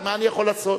מה אני יכול לעשות.